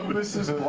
this